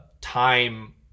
time